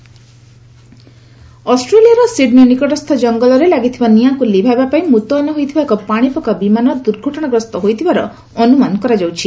Australia bush fire ଅଷ୍ଟ୍ରେଲିଆର Sydney ନିକଟସ୍ଥ ଜଙ୍ଗଲରେ ଲାଗିଥିବା ନିଆଁକୁ ଲିଭାଇବା ପାଇଁ ମୁତୟନ ହୋଇଥିବା ଏକ ପାଣିପକା ବିମାନ ଦୁର୍ଘଟଣାଗ୍ରସ୍ତ ହୋଇଥିବାର ଅନୁମାନ କରାଯାଉଛି